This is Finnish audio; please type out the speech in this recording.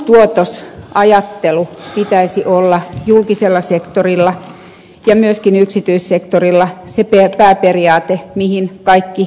panostuotos ajattelun pitäisi olla julkisella sektorilla ja myöskin yksityissektorilla se pääperiaate mihin kaikki suunnittelu perustuu